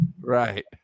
Right